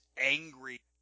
angry